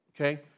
okay